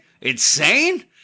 Insane